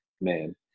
man